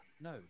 No